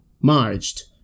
marched